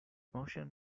motion